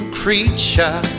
creature